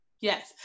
Yes